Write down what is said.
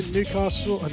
Newcastle